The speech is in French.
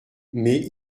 mais